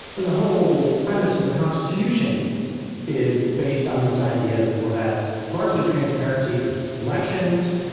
when the whole premise of the constitution is based on this idea that you will have largely transparency through elections,